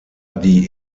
die